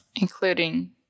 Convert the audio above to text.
including